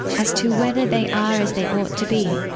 as to whether they are as they ought to be.